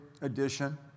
edition